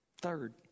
Third